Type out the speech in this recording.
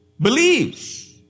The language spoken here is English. believes